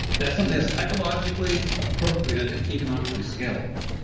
that's something that's ecologically appropriate and economically scalable.